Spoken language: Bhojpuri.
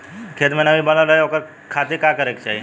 खेत में नमी बनल रहे ओकरे खाती का करे के चाही?